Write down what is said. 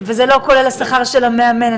וזה לא כולל השכר של המאמן.